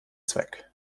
zweck